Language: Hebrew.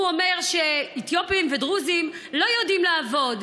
הוא אומר שאתיופים ודרוזים לא יודעים לעבוד,